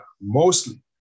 mostly